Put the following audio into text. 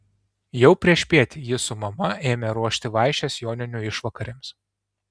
jau priešpiet ji su mama ėmė ruošti vaišes joninių išvakarėms